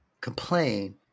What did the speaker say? complain